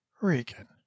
regan